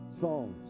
songs